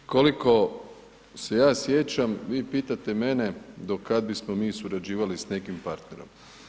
Koliko se ja sjećam, vi pitate mene do kad bismo mi surađivali s nekim partnerom?